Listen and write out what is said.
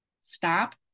stop